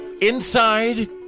inside